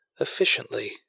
efficiently